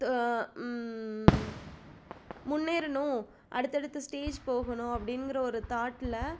முன்னேறணும் அடுத்தடுத்த ஸ்டேஜ் போகணும் அப்படின்ங்கிற ஒரு தாட்டில்